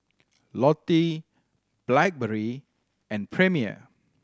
Lotte Blackberry and Premier